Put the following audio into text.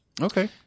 Okay